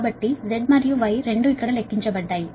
కాబట్టి Z మరియు Y రెండూ ఇక్కడ లెక్కించబడ్డాయి